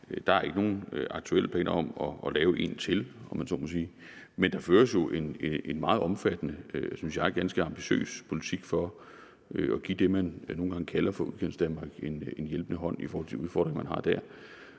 Der er ikke nogen aktuelle planer om at lave en til, om jeg så må sige, men der føres jo en meget omfattende og – synes jeg – ganske ambitiøs politik for at give det, man nogle gange kalder for Udkantsdanmark, en hjælpende hånd i forhold til de udfordringer, der er der.